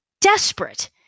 desperate